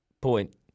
point